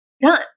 done